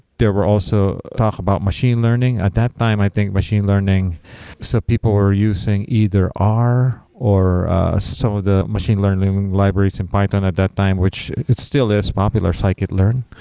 there were also talk about machine learning. at that time, i think machine learning some so people were using either r or some of the machine learning libraries in python at that time, which it still is popular scikit-learn.